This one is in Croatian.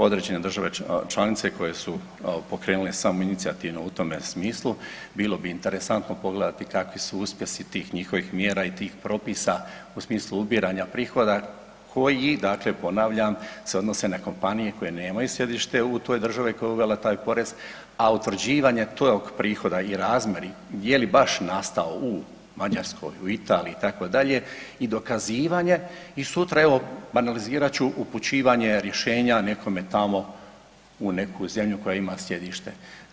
Određene države članice koje su pokrenule samoinicijativno u tome smislu bilo bi interesantno pogledati kakvi su uspjesi tih njihovih mjera i tih propisa u smislu ubiranja prihoda koji ponavljam, se odnose na kompanije koje nemaju sjedište u toj državi koja je uvela taj porez, a utvrđivanje tog prihoda i razmjeri je li baš nastao u Mađarskoj, Italiji itd., i dokazivanje i sutra evo banalizirat ću, upućivanje rješenja nekome tamo u neku zemlju koja ima sjedište.